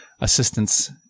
assistance